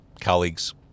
colleagues